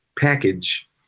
package